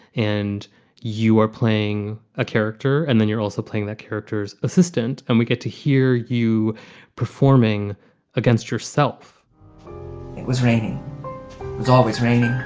and you are playing a character and then you're also playing that character's assistant. and we get to hear you performing against yourself. it was raining it's always raining.